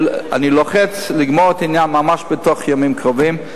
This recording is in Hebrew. אני לוחץ לגמור את העניין ממש בתוך הימים הקרובים.